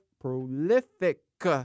prolific